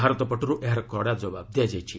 ଭାରତ ପଟରୁ ଏହାର କଡ଼ା ଜବାବ୍ ଦିଆଯାଇଛି